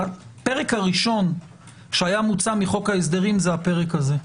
הפרק הראשון שהיה מוצא מחוק ההסדרים זה הפרק הזה.